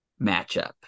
matchup